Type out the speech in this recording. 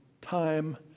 time